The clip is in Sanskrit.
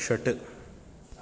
षट्